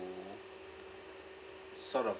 sort of